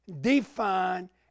define